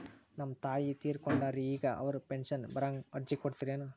ನಮ್ ತಾಯಿ ತೀರಕೊಂಡಾರ್ರಿ ಈಗ ಅವ್ರ ಪೆಂಶನ್ ಬರಹಂಗ ಅರ್ಜಿ ಕೊಡತೀರೆನು?